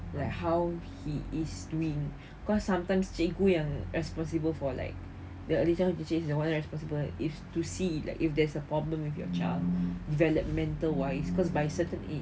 like how he is doing cause sometimes cikgu yang responsible for like the early childhood of the child the more the responsible is to see if there's a problem with your child developmental wise cause by certain age